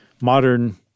modern